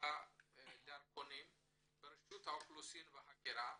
הדרכונים ברשות האוכלוסין וההגירה